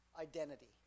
identity